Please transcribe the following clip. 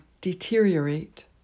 deteriorate